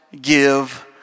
give